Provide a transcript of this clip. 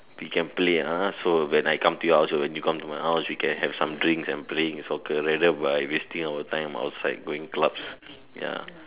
we can play ah so when I come to your house or when you come to my house we can have some drinks and playing soccer rather by wasting our time outside going clubs ya